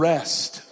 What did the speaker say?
Rest